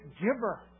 giver